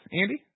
Andy